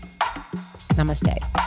namaste